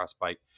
bike